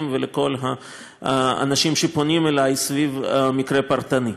ולכל האנשים שפונים אלי סביב מקרה פרטני.